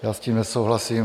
Já s tím nesouhlasím.